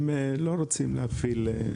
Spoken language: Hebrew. הם לא רוצים להפעיל.